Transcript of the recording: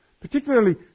particularly